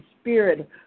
spirit